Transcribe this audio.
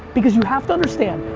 because you have to understand,